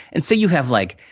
and say you have, like,